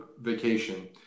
vacation